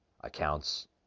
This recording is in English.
accounts